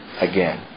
again